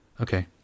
Okay